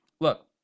Look